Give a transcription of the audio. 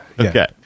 Okay